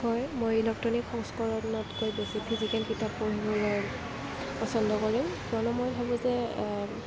হয় মই ইলেক্ট্ৰনিক সংস্কৰণতকৈ বেছি ফিজিকেল কিতাপ পঢ়িবলৈ পছন্দ কৰিম কিয়নো মই ভাৱো যে